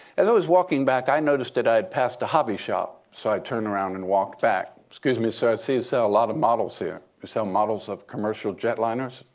as i was walking back, i noticed that i'd passed a hobby shop. so i turned around and walked back. excuse me, sir, i see you sell a lot of models here. do you sell models of commercial jetliners?